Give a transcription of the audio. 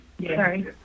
Sorry